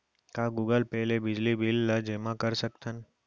का Google Pay ले बिजली बिल ल जेमा कर सकथन?